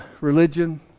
religion